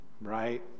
right